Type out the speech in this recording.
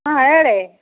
ಹಾಂ ಹೇಳಿ